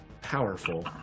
powerful